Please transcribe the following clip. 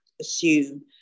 assume